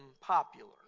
popular